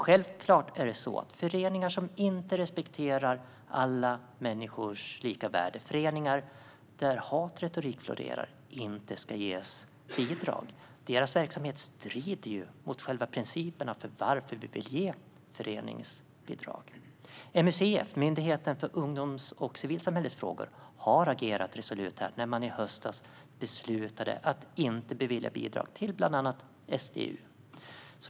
Självklart ska föreningar som inte respekterar alla människors lika värde eller föreningar där hatretorik florerar inte ges bidrag. Deras verksamhet strider mot själva principen om varför vi vill ge föreningsbidrag. Myndigheten för ungdoms och civilsamhällesfrågor, MUCF, agerade resolut mot detta då man i höstas beslutade att inte bevilja bidrag till bland annat SDU.